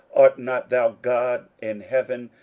art not thou god in heaven?